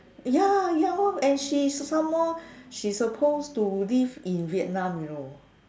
ya ya oh she some more supposed to live in Vietnam you know